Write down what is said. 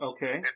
Okay